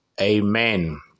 Amen